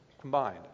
combined